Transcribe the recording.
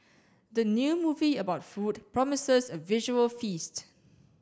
the new movie about food promises a visual feast